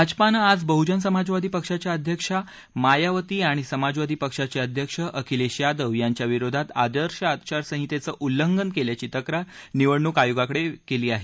भाजपनं आज बहुजन समाजवादी पक्षाच्या अध्यक्ष मायावती आणि समाजवादी पक्षाचे अध्यक्ष अखिलेश यादव यांच्या विरोधात आदर्श आचार संहितेचं उल्लंघन केल्याची तक्रार निवडणूक आयोगाकडे केली आहे